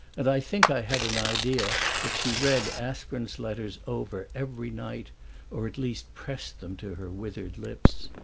and i think i had an idea that she read aspern's letters over every night or at least pressed them to her withered lips.